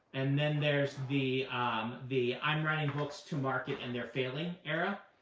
and then there's the um the i'm writing books to market and they're failing era,